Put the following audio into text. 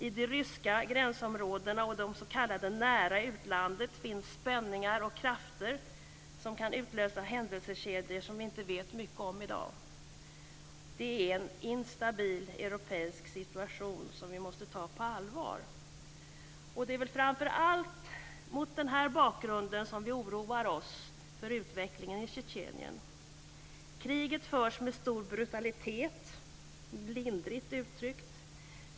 I de ryska gränsområdena och i det s.k. nära utlandet finns det spänningar och krafter som kan utlösa händelsekedjor som vi i dag inte vet mycket om. Det är en instabil europeisk situation som vi måste ta på allvar. Det är väl framför allt mot denna bakgrund som vi oroar oss för utvecklingen i Tjetjenien. Kriget förs med stor brutalitet, lindrigt uttryckt.